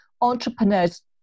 entrepreneurs